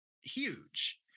huge